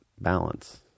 balance